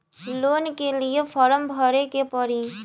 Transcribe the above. Loan के लिए form भरे के पड़ी?